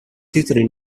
titoli